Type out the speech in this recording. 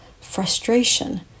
frustration